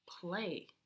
play